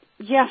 yes